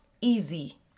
easy